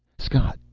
scott!